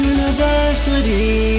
University